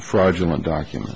fraudulent documents